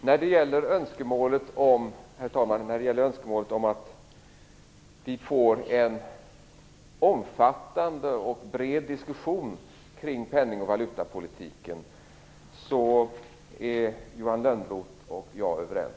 Herr talman! När det gäller önskemålet om att vi får en omfattande och bred diskussion kring penningoch valutapolitiken är Johan Lönnroth och jag överens.